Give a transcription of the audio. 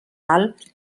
alt